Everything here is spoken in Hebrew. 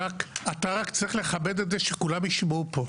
אתה רק צריך לכבד את זה שכולם יישמעו פה.